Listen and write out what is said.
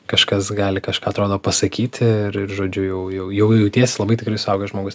kažkas gali kažką atrodo pasakyti ir ir žodžiu jau jau jau jautiesi labai tikrai suaugęs žmogus